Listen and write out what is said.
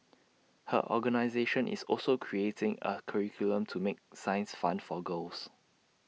her organisation is also creating A curriculum to make science fun for girls